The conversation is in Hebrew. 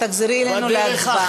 את תחזרי אלינו להצבעה.